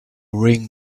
ring